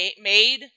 made